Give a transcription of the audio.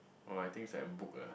oh I think it's like a book ah